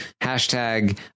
hashtag